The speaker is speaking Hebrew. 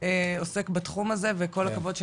עוסק בתחום הזה וכל הכבוד,